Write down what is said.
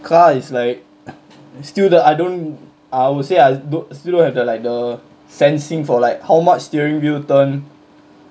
car is like still the I don't I would say I still don't have the like the sensing for like how much steering wheel turn